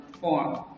form